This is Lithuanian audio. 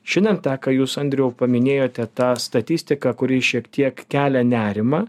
šiandien tą ką jūs andriau paminėjote tą statistiką kuri šiek tiek kelia nerimą